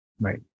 right